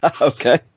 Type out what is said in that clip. Okay